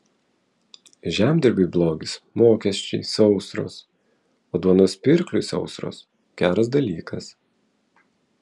žemdirbiui blogis mokesčiai sausros o duonos pirkliui sausros geras dalykas